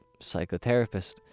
psychotherapist